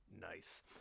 Nice